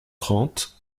trente